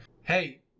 Hey